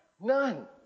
None